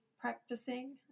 practicing